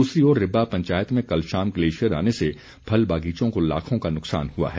दूसरी ओर रिब्बा पंचायत में कल शाम ग्लेशियर आने से फल बागीचों को लाखों का नुकसान हुआ है